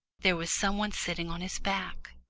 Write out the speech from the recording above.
there was some one sitting on his back.